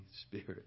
Spirit